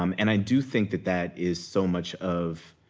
um and i do think that that is so much of